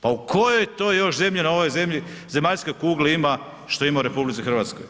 Pa u kojoj to još zemlji na ovoj zemlji, zemaljskoj kugli ima šta ima u RH?